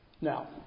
Now